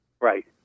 Right